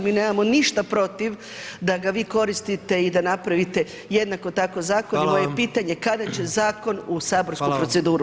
Mi nemamo ništa protiv da ga vi koristite i da napravite jednako tako zakon [[Upadica: Hvala vam.]] i moje pitanje kada će zakon u saborsku proceduru?